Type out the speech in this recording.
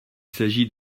s’agit